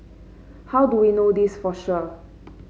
how do we know this for sure